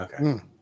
Okay